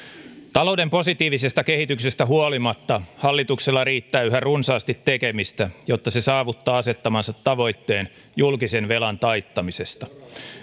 talouden positiivisesta kehityksestä huolimatta hallituksella riittää yhä runsaasti tekemistä jotta se saavuttaa asettamansa tavoitteen julkisen velan taittamisesta